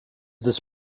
this